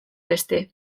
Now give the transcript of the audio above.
beste